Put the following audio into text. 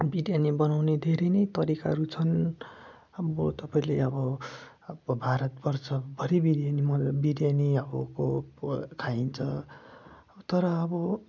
बिर्यानी बनाउने धेरै नै तरिकाहरू छन् अब तपाईँले अब अब भारतवर्षभरि बिर्यानी म बिर्यानी अब खाइन्छ तर अब